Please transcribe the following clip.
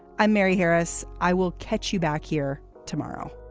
i'm mary harris. i will catch you back here tomorrow